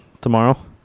tomorrow